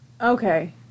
Okay